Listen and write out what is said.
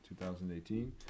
2018